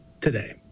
today